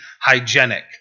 hygienic